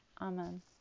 Amen